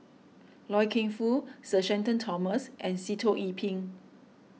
Loy Keng Foo Sir Shenton Thomas and Sitoh Yih Pin